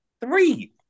Three